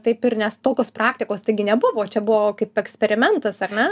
taip ir nes tokios praktikos taigi nebuvo čia buvo kaip eksperimentas ar ne